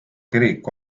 kirik